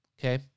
okay